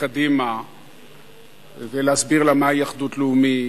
לקדימה ולהסביר לה מהי אחדות לאומית